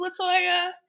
LaToya